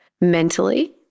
mentally